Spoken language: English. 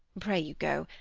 pray ye, go!